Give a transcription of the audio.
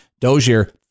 Dozier